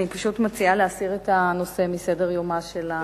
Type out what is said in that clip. אני פשוט מציעה להסיר את הנושא מסדר-יומה של הכנסת.